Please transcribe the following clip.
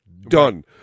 done